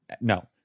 No